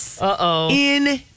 Uh-oh